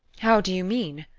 how do you mean?